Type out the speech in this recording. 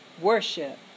worship